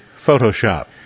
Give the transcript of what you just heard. Photoshop